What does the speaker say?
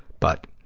but.